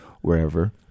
wherever